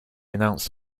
announced